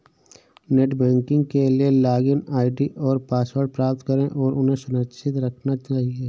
net banking के लिए login ID और पासवर्ड प्राप्त करें और उन्हें सुरक्षित रखना चहिये